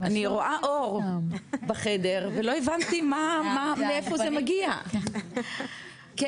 אני רואה אור בחדר ולא הבנתי מאיפה זה מגיע, כן.